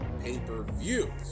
pay-per-view